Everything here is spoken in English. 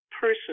person